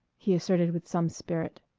he asserted with some spirit.